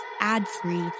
ad-free